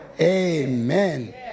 Amen